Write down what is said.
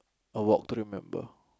a Walk to Remember